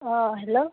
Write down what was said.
অঁ হেল্ল'